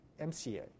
MCA